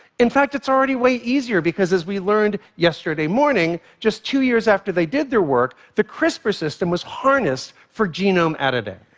in fact, it's already way easier, because as we learned yesterday morning, just two years after they did their work, the crispr system was harnessed for genome editing.